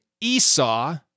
Esau